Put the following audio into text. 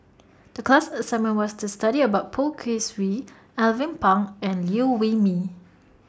The class assignment was to study about Poh Kay Swee Alvin Pang and Liew Wee Mee